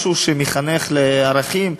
משהו שמחנך לערכים,